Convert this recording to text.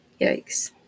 Yikes